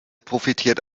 profitiert